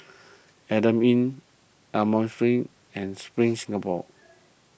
Adamson Inn Almond Street and Spring Singapore